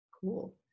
Cool